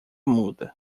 muda